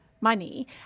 money